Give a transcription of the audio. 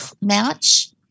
match